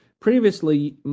Previously